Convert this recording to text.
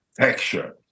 texture